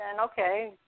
okay